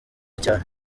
cyane